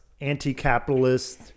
anti-capitalist